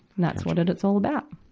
and that's what and it's all about.